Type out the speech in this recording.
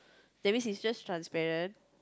that means its just transparent